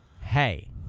hey